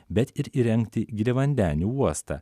bet ir įrengti giliavandenį uostą